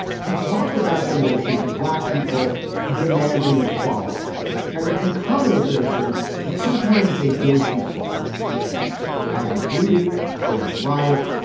he talked about the notion of black people demanding equality and the concomitant notion that sometimes they go too far as with looting or a riot.